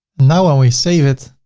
now when we save it